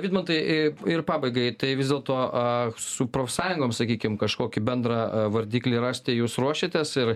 vidmantai ir pabaigai tai vis dėlto su profsąjungom sakykim kažkokį bendrą vardiklį rasti jūs ruošiatės ir